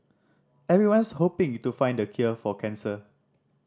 everyone's hoping to find the cure for cancer